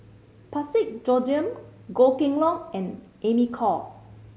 Parsick Joaquim Goh Kheng Long and Amy Khor